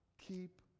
keep